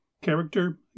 character